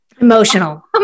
Emotional